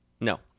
No